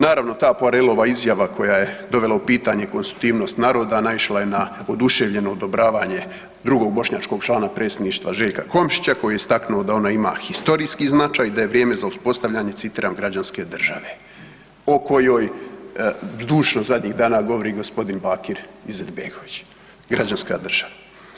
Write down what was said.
Naravno, ta Poirelova izjava koja je dovela u pitanje konstitutivnost naroda naišla je na oduševljeno odobravanje drugog bošnjačkog člana predsjednika Željka Komšića koji je istaknuo da ona ima historijski značaj i da je vrijeme za uspostavljanje, citiram, građanske države o kojoj zdušno zadnjih dana govori g. Bakir Izetbegović, građanska država.